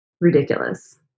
ridiculous